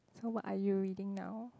so what are you reading now